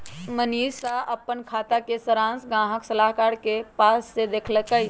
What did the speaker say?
मनीशा अप्पन खाता के सरांश गाहक सलाहकार के पास से देखलकई